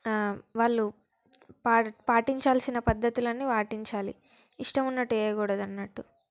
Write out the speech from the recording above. వాళ్ళు పాటి పాటించాల్సిన పద్ధతులన్నీ పాటించాలి ఇష్టమున్నట్టు చేయకూడదు అన్నట్టు